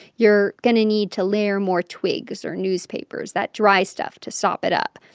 you're going to need to layer more twigs or newspapers that dry stuff to stop it up.